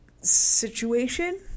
situation